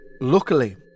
Luckily